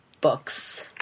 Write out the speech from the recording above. books